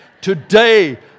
Today